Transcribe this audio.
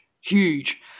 huge